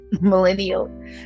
millennial